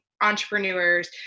entrepreneurs